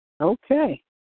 Okay